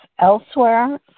elsewhere